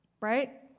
right